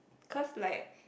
cause like